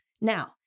Now